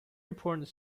important